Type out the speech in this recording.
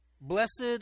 Blessed